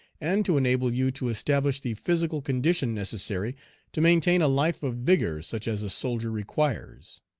and to enable you to establish the physical condition necessary to maintain a life of vigor such as a soldier requires.